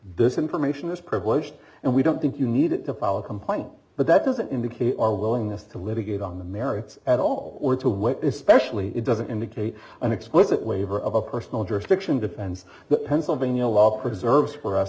this information is privileged and we don't think you need to file a complaint but that doesn't indicate our willingness to litigate on the merits at all or to wait especially it doesn't indicate an explicit waiver of a personal jurisdiction defends the pennsylvania law preserves for us